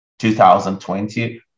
2020